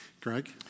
Greg